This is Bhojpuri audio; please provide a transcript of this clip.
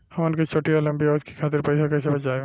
हमन के छोटी या लंबी अवधि के खातिर पैसा कैसे बचाइब?